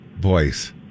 voice